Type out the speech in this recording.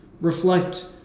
reflect